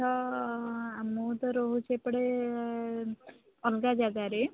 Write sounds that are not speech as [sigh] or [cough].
ତ [unintelligible] ମୁଁ ତ ରହୁଛି ଏପଟେ ଅଲଗା ଜାଗାରେ